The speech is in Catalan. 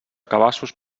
cabassos